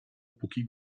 póki